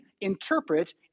interpret